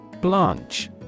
Blanche